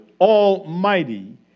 Almighty